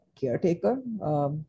caretaker